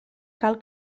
cal